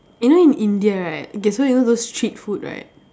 you know in India right okay so you know those street food right